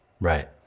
Right